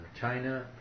China